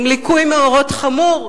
עם ליקוי מאורות חמור,